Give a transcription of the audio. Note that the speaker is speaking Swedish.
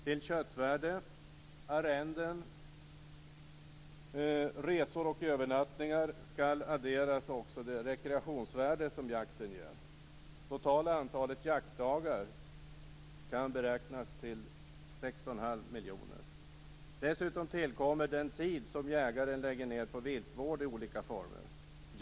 Till köttvärde, arrenden, resor och övernattningar skall också adderas det rekreationsvärde som jakten ger. Det totala antalet jaktdagar kan beräknas till 6 1⁄2 miljoner. Dessutom tillkommer den tid som jägare lägger ned på viltvård i olika former.